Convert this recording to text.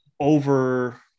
over